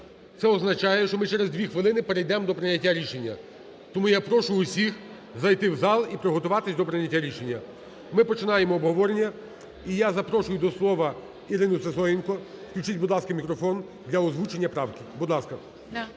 Це означає, що ми через дві хвилини перейдемо до прийняття рішення. Тому я прошу усіх зайти в зал і приготуватися до прийняття рішення. Ми починаємо обговорення. І я запрошую до слова Ірину Сисоєнко. Включіть. Будь ласка, мікрофон для озвучення правки. Будь ласка.